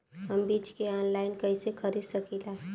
हम बीज के आनलाइन कइसे खरीद सकीला?